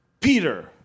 Peter